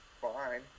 fine